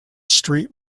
street